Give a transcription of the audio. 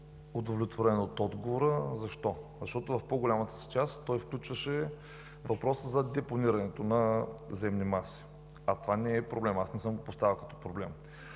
удовлетворен от отговора. Защо? Защото в по-голямата си част той включваше въпроса за депонирането на земни маси, а това не е проблемът – аз не съм го поставил като проблем.